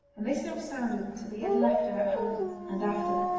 and this note sounded till he had left her at home and after.